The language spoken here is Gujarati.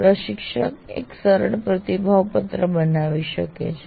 પ્રશિક્ષક એક સરળ પ્રતિભાવ પત્ર બનાવી શકે છે